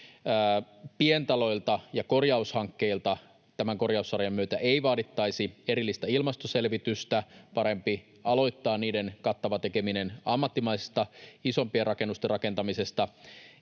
Pientaloilta ja korjaushankkeilta tämän korjaussarjan myötä ei vaadittaisi erillistä ilmastoselvitystä — parempi aloittaa niiden kattava tekeminen ammattimaisesta, isompien rakennusten rakentamisesta.